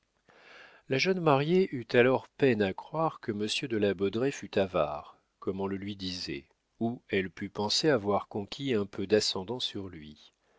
la jeune mariée eut alors peine à croire que monsieur de la baudraye fût avare comme on le lui disait ou elle put penser avoir conquis un peu d'ascendant sur lui